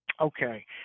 Okay